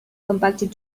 compacted